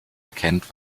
erkennt